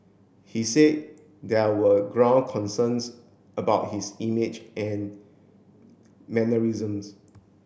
he said there were ground concerns about his image and mannerisms